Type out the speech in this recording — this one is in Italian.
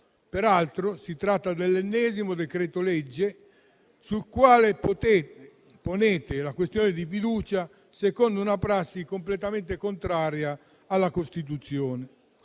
Peraltro, si tratta dell'ennesimo decreto-legge sul quale intendete porre la questione di fiducia, secondo una prassi completamente contraria alla Costituzione.